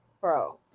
bro